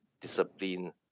discipline